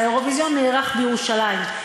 האירוויזיון נערך בירושלים,